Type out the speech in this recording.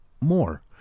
more